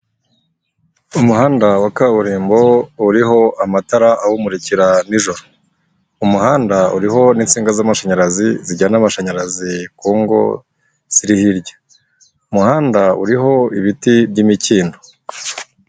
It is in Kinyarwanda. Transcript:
Umuhanda wa kaburimbo uriho amatara awumurikira nijoro, umuhanda uriho n'insinga z'amashanyarazi zijyana amashanyarazi ku ngo ziri hirya, umuhanda uriho ibiti by'imikindo.